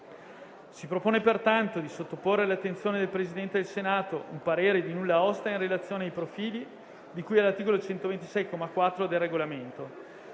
Si propone pertanto di sottoporre all'attenzione del Presidente del Senato un parere di nulla osta in relazione ai profili di cui all'articolo 126, comma 4, del Regolamento.